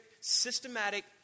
systematic